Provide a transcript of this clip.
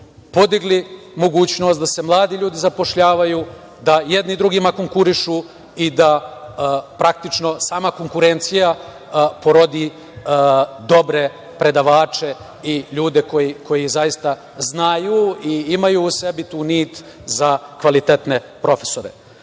podigli mogućnost da se mladi ljudi zapošljavaju, da jedni drugima konkurišu i da praktično sama konkurencija porodi dobre predavače i ljude koji zaista znaju i imaju u sebi tu nit za kvalitetne profesore. Kažem,